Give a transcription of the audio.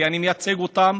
כי אני מייצג אותם,